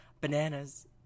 Bananas